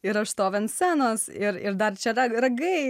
ir aš stoviu ant scenos ir ir dar čia dar ragai